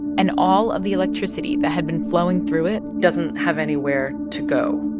and all of the electricity that had been flowing through it. doesn't have anywhere to go,